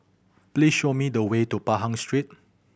please show me the way to Pahang Street